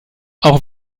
auch